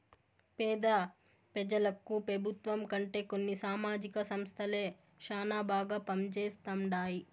పేద పెజలకు పెబుత్వం కంటే కొన్ని సామాజిక సంస్థలే శానా బాగా పంజేస్తండాయి